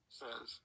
says